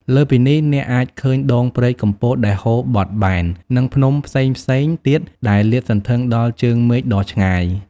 លើសពីនេះ អ្នកអាចឃើញដងព្រែកកំពតដែលហូរបត់បែន និងភ្នំផ្សេងៗទៀតដែលលាតសន្ធឹងដល់ជើងមេឃដ៏ឆ្ងាយ។